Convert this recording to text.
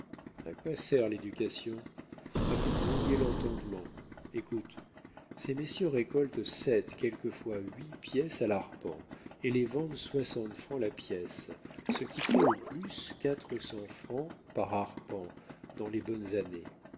a quoi sert l'éducation à vous brouiller l'entendement écoute ces messieurs récoltent sept quelquefois huit pièces à l'arpent et les vendent soixante francs la pièce ce qui fait au plus quatre cents francs par arpent dans les bonnes années